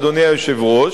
אדוני היושב-ראש,